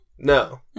No